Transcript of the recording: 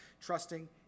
trusting